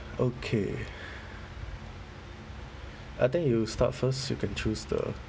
okay I think you start first you can choose the